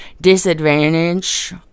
disadvantage